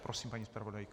Prosím, paní zpravodajko.